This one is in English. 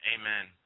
Amen